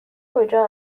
کجا